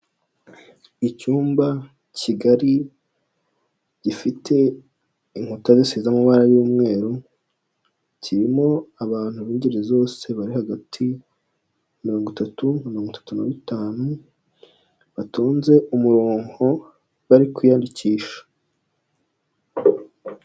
Icyumba kigari gifite inkuta zisize amabara y'umweru, kirimo abantu b'ingeri zose bari hagati ya mirongo itatu na mirongo itatu na gatanu, batonze umuronko bari kwiyandikisha.